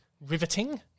riveting